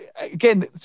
again